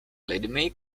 lidmi